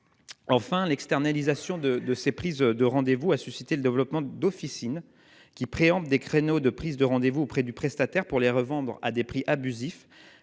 Enfin, l'externalisation de ces prises de rendez-vous a entraîné le développement d'officines, qui préemptent les créneaux de prise de rendez-vous auprès du prestataire pour les revendre à des prix abusifs.